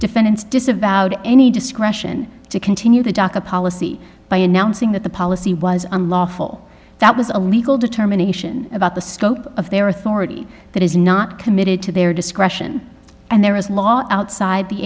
defendants disavowed any discretion to continue the docket policy by announcing that the policy was unlawful that was a legal determination about the scope of their authority that is not committed to their discretion and there is lot outside the